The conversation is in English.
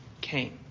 came